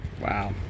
Wow